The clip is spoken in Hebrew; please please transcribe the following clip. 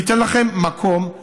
אני אתן לכם מקום-מקום.